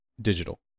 digital